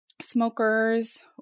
smokers